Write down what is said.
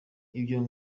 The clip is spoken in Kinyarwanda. ibyo